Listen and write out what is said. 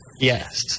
Yes